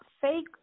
fake